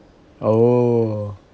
oh